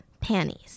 panties